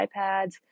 ipads